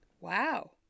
Wow